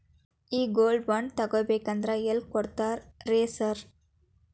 ಈ gold bond ತಗಾಬೇಕಂದ್ರ ಎಲ್ಲಿ ಕೊಡ್ತಾರ ರೇ ಸಾರ್?